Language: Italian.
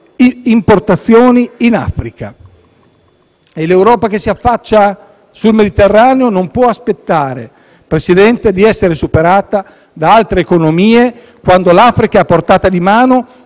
importazioni in Africa. L'Europa che si affaccia sul Mediterraneo non può aspettare, Presidente, di essere superata da altre economie quando l'Africa è a portata di mano